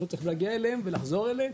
אנחנו צריכים להגיע אליהם ולחזור אליהם,